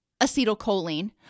acetylcholine